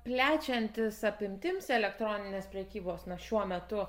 plečiantis apimtims elektroninės prekybos na šiuo metu